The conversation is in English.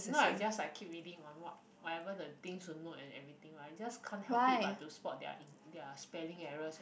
no I just like I keep reading on what whatever the things to note and everything right I just can't help it but to spot their in their spelling errors and